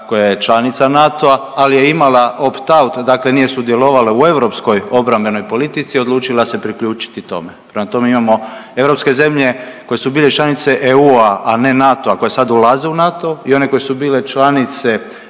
koja je članica NATO-a ali je imala opt out, dakle nije sudjelovala u europskoj obrambenoj politici odlučila se priključiti tome. Prema tome imamo europske zemlje koje su bile članice EU, a ne NATO-a koje sad ulaze u NATO i one koje su bile članice NATO-a